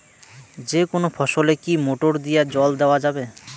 যেকোনো ফসলে কি মোটর দিয়া জল দেওয়া যাবে?